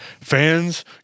fans